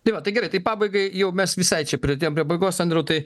tai va tai gerai tai pabaigai jau mes visai čia priartėjom prie baigos andriau tai